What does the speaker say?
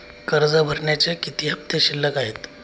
कर्ज भरण्याचे किती हफ्ते शिल्लक आहेत?